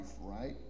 right